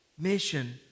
Mission